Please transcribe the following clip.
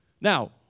Now